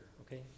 Okay